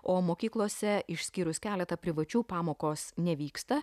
o mokyklose išskyrus keletą privačių pamokos nevyksta